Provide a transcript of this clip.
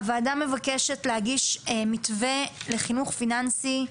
הוועדה מבקשת להגיש מתווה לחינוך פיננסי,